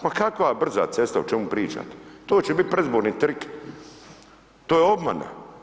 Ma kakva brza ceste, o čemu pričate, to će biti predizborni trik, to je obmana.